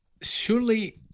surely